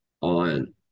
on